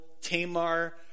Tamar